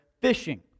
fishing